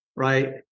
right